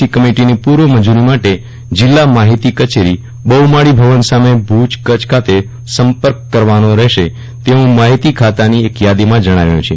C કમિટીની પૂર્વ મંજૂરી માટે જિલ્લા માફિતી કચેરી બફ્માળી ભવન સામે ભુજ કચ્છ ખાતે સંપર્ક કરવાનો રફેશે તેવું માફિતી ખાતાની યાદીમાં જણાવાયું છે